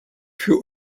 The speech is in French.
fut